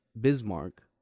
Bismarck